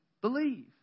believe